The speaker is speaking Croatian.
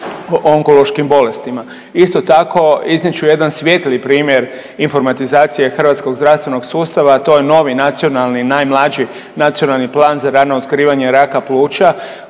onkološkim bolestima. Isto tako iznijet ću jedan svijetli primjer informatizacije hrvatskog zdravstvenog sustava, a to je novi nacionalni Najmlađi nacionalni plan za rano otkrivanje raka pluća